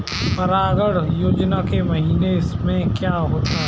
परागण कौन से महीने में होता है?